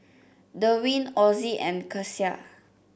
Derwin Ozie and Kecia